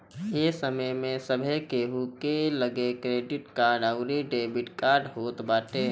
ए समय में सभे केहू के लगे क्रेडिट कार्ड अउरी डेबिट कार्ड होत बाटे